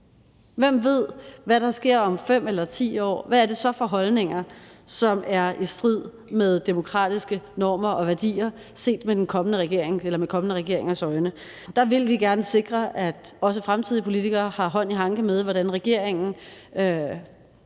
Hvem ved, hvad der sker om 5 eller 10 år? Hvad er det så for holdninger, som er i strid med demokratiske normer og værdier, set med kommende regeringers øjne? Der vil vi gerne sikre, at også fremtidige politikere har hånd i hanke med, hvordan regeringen